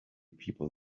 people